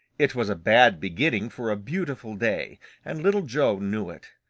it was a bad beginning for a beautiful day and little joe knew it.